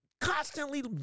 constantly